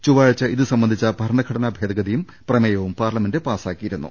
ചൊവ്വാഴ്ച ഇത് സംബ ന്ധിച്ച് ഭരണഘടനാ ഭേദഗതിയും പ്രമേയവും പാർലമെന്റ് പാസ്സാക്കി യിരുന്നു